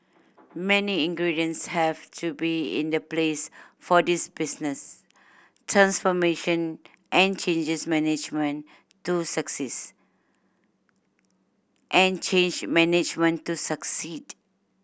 many ingredients have to be in the place for this business transformation and changes management to success and change management to succeed